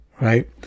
right